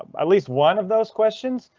at least one of those questions,